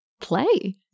play